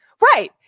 right